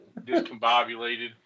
discombobulated